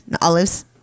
Olives